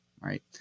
Right